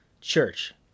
church